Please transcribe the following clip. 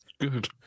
good